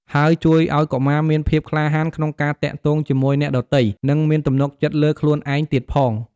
ហើយជួយឲ្យកុមារមានភាពក្លាហានក្នុងការទាក់ទងជាមួយអ្នកដទៃ និងមានទំនុកចិត្តលើខ្លួនឯងទៀងផង។